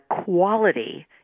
quality